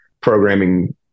programming